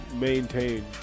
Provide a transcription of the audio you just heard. maintain